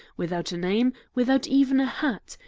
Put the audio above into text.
without a name, without even a hat!